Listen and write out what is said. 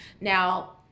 Now